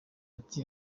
ati